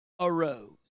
arose